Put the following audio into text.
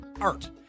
art